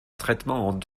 traitement